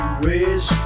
ways